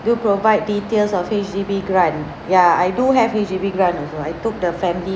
do provide details of H_D_B grant ya I do have H_D_B grant also I took the family